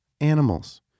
animals